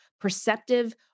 perceptive